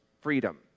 freedom